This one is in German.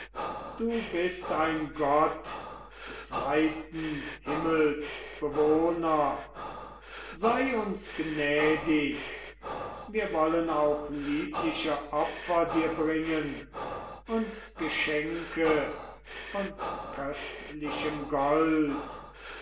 du bist ein gott des weiten himmels bewohner sei uns gnädig wir wollen auch liebliche opfer dir bringen und geschenke von köstlichem gold